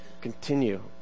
Continue